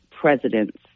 presidents